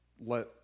let